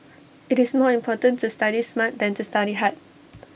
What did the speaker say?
IT is more important to study smart than to study hard